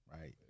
right